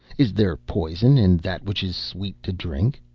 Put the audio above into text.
is there poison in that which is sweet to drink?